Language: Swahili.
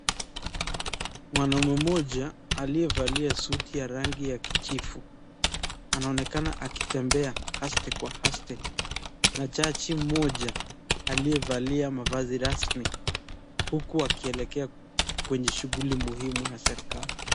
Mwanaume mmoja aliyevalia suti ya rangi ya kijifu anaonekana akitembea haste kwa haste, na jaji moja aliyevalia mavazi rasmi huku akielekea kwenye shughuli muhimu ya serikali.